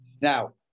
Now